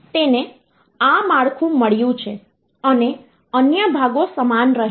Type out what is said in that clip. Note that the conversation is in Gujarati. તેને આ માળખું મળ્યું છે અને અન્ય ભાગો સમાન રહે છે